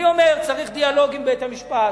אני אומר שצריך דיאלוג עם בית-המשפט,